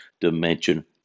dimension